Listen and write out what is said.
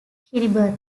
kiribati